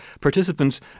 participants